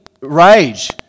rage